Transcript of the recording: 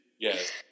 Yes